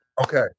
Okay